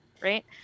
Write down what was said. right